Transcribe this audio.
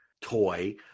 toy